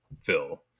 fill